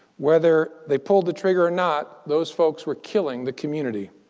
whether they pulled the trigger or not, those folks were killing the community.